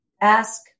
Ask